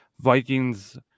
Vikings